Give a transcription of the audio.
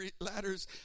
ladders